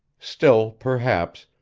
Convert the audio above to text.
still, perhaps,